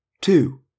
two